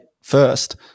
first